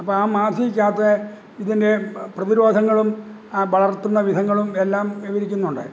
അപ്പോള് ആ മാസികയ്ക്ക് അകത്ത് ഇതിൻ്റെ പ്രതിരോധങ്ങളും ആ വളർത്തുന്ന വിധങ്ങളും എല്ലാം വിവരിക്കുന്നുണ്ട്